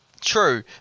true